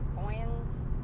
Coins